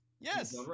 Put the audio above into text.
Yes